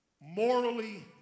morally